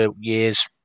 years